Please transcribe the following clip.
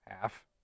half